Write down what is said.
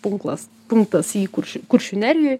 punklas punktas į kurš kuršių nerijoj